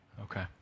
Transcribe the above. Okay